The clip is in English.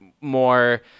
more